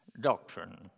doctrine